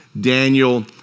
Daniel